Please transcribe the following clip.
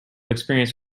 experience